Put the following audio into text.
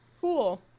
Cool